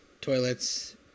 Toilets